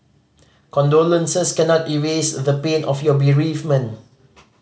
condolences cannot erase the pain of your bereavement